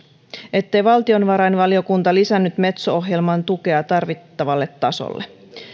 ettei valtiovarainvaliokunta lisännyt metso ohjelman tukea tarvittavalle tasolle